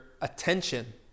attention